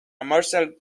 morsel